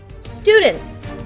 students